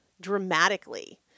dramatically